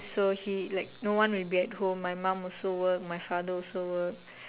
so he like no one will be at home my mom also work my father also work